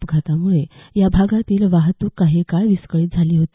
अपघातामुळे या भागातील वाहतूक काही काळ विस्कळीत झाली होती